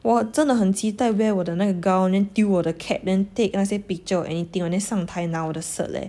我真的很期待 wear 我的那个 gown then 丢我的 cap take 那些 picture and anything then 上台拿我的 cert eh